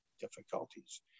difficulties